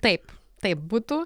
taip taip būtų